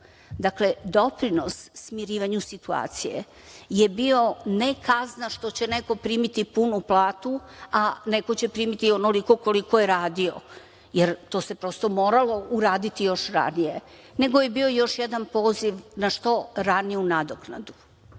deo. Dakle, doprinos smirivanju situacije je bio ne kazna što će neko primiti punu platu, a neko će primiti onoliko koliko je radio, jer to se prosto moralo uraditi još ranije, nego je bio još jedan poziv na što raniju nadoknadu.S